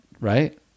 right